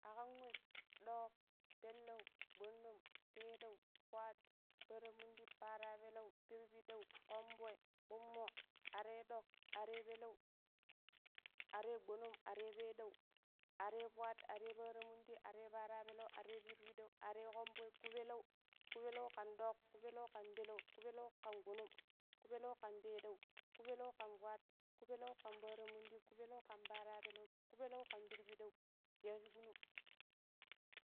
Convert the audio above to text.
Aƙan wem ɗoƙ peleu gnong pedeu fwat, parran mundi parra peleu pirpidau konvoi gbummo, are ɗoƙ are peleu are gbonong are pedau are fwat, are paranmundi are parrapeleu are pirpiɗau are konvoi ƙupeleu. Kuepeleu ƙn ɗoƙ, ƙupeleu ƙn peleu ƙu peleu ƙan gbonong, ƙu peleu ƙan peɗau, ku peleu ƙn fwat ƙupeleu ƙn parran mundi ƙupeleu ƙan parra peleu, ƙu peleu ƙan pirpiɗau yashiƙu nung.